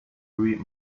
read